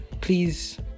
Please